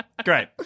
Great